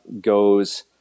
goes